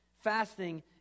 fasting